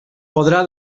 podrà